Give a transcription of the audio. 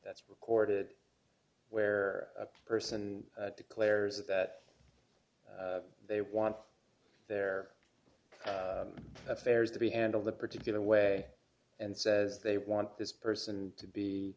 that's recorded where a person declares that they want their affairs to be handled a particular way and says they want this person to be